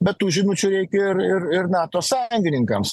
bet tų žinučių reikia ir ir ir nato sąjungininkams